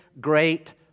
great